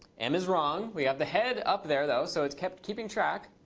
m is wrong. we have the head up there, though. so it's keeping keeping track.